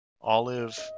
Olive